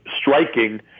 striking